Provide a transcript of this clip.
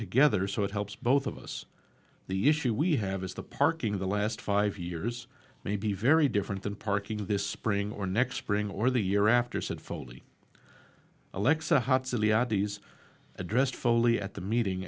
together so it helps both of us the issue we have is the parking the last five years may be very different than parking this spring or next spring or the year after said foley alexa hotseat these addressed foley at the meeting